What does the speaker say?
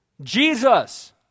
Jesus